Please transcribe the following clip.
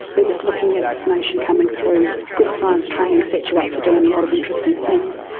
it was looking at information coming through. good science training sets you up for doing a lot of interesting things.